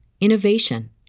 innovation